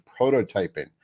prototyping